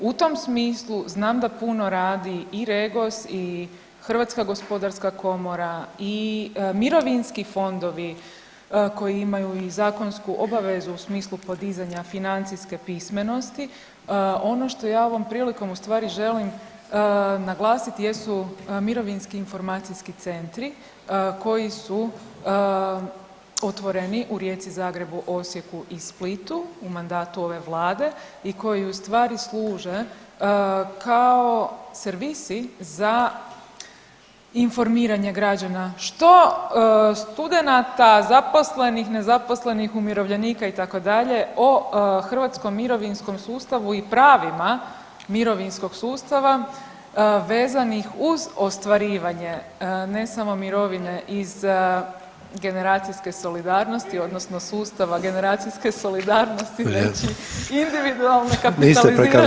U tom smislu znam da puno radi i REGOS i HGK i mirovinski fondovi koji imaju i zakonsku obavezu u smislu podizanja financijske pismenosti, ono što ja ovom prilikom ustvari želim naglasiti jesu mirovinski informacijski centri koji su otvoreni u Rijeci, Zagrebu, Osijeku i Splitu u mandatu ove Vlade i koji ustvari služe kao servisi za informiranje građana, što studenata, zaposlenih, nezaposlenih, umirovljenika, itd., o hrvatskom mirovinskom sustavu i pravima mirovinskog sustava vezanih uz ostvarivanje, ne samo mirovine iz generacijske solidarnosti odnosno sustava generacijske solidarnosti [[Upadica: Vrijeme.]] individualne kapitalizirane štednje.